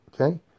Okay